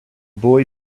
boy